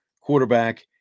quarterback